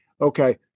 okay